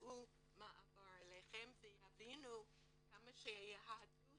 ידעו מה עבר עליכם ויבינו כמה שהיהדות